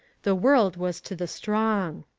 the world was to the strong.